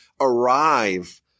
arrive